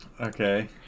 Okay